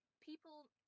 people